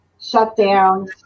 shutdowns